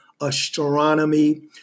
astronomy